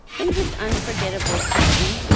in his unforgettable poem,